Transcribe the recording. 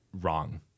wrong